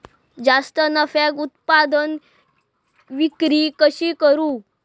जास्त नफ्याक उत्पादन विक्री कशी करू?